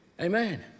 Amen